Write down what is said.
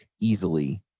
easily